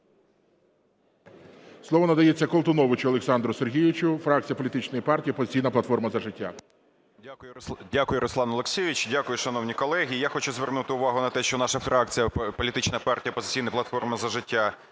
Слово надається Колтуновичу Олександру Сергійовичу, фракція політичної партії "Опозиційна платформа – За життя".